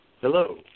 Hello